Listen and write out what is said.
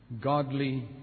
Godly